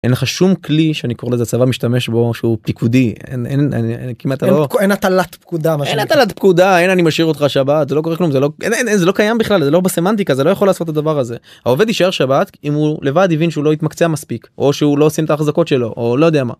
אין לך שום כלי שאני קורא לזה צבא משתמש בו, שהוא פיקודי אין את הטלת פקודה, אין אני משאיר אותך שבת, זה לא קורה כלום, אין אין, זה לא קיים בכלל, זה לא בסמנטיקה זה לא יכול לעשות את הדבר הזה. העובד ישאר שבת אם הוא לבד יבין שהוא לא התמקצע מספיק או שהוא לא עושים את האחזקות שלו או לא יודע מה.